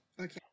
okay